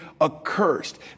accursed